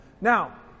Now